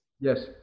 Yes